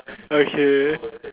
okay